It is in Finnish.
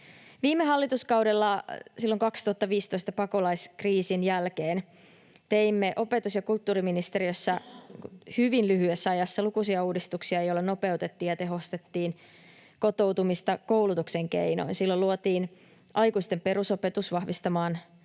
Viime hallituskaudella, silloin 2015 pakolaiskriisin jälkeen teimme opetus- ja kulttuuriministeriössä hyvin lyhyessä ajassa lukuisia uudistuksia, joilla nopeutettiin ja tehostettiin kotoutumista koulutuksen keinoin. Silloin luotiin aikuisten perusopetus vahvistamaan